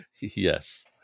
yes